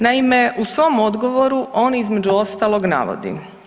Naime, u svom odgovoru on između ostalog navodi.